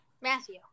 Matthew